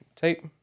Tape